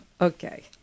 okay